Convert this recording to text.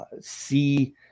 see